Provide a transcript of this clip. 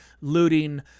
looting